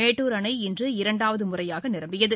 மேட்டூர் அணை இன்று இரண்டாவது முறையாக நிரம்பியது